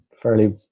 fairly